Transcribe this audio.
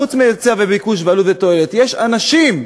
חוץ מהיצע וביקוש ועלות ותועלת: יש אנשים.